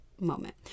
moment